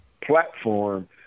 platform